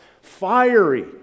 fiery